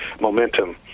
momentum